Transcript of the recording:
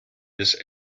this